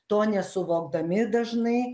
to nesuvokdami dažnai